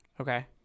Okay